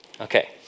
Okay